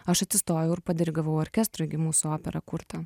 aš atsistojau ir padirigavau orkestrui gi mūsų operą kurtą